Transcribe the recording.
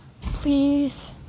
Please